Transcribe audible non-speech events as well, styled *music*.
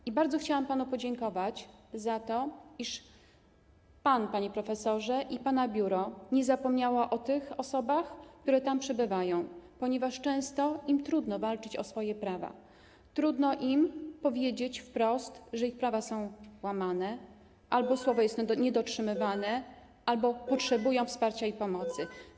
I bardzo chciałam panu podziękować za to, iż pan, panie profesorze, i pana biuro nie zapomnieli o osobach, które tam przebywają, ponieważ im często trudno walczyć o swoje prawa, trudno im powiedzieć wprost, że ich prawa są łamane albo jest niedotrzymywane słowo, *noise* albo potrzebują wsparcia i pomocy.